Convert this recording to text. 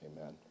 amen